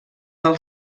del